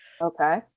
Okay